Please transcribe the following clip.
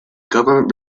government